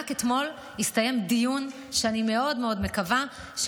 רק אתמול הסתיים דיון שאני מאוד מאוד מקווה שהוא